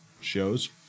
shows